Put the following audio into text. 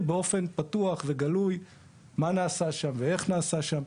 באופן פתוח וגלוי מה נעשה שם ואיך נעשה שם.